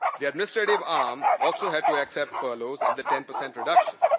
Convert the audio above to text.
the administrative arm also had to accept furloughs and the ten percent reduction.